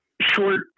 short